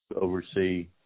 oversee –